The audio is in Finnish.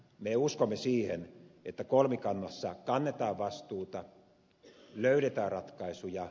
me uskomme siihen että kolmikannassa kannetaan vastuuta löydetään ratkaisuja